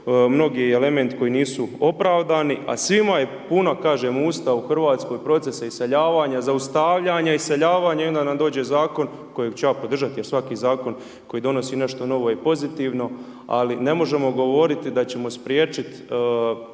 mnogi elementi koji nisu opravdani, a svima je puna, kažem, usta u RH procesa iseljavanja, zaustavljanja, iseljavanja i onda nam dođe Zakon kojeg ću ja podržati jer svaki Zakon koji donosi nešto novo je pozitivno, ali ne možemo govoriti da ćemo spriječiti